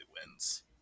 wins